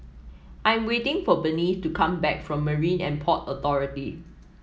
I'm waiting for Berniece to come back from Marine And Port Authority